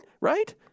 Right